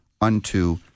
unto